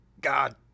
God